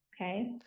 okay